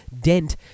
dent